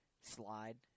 slide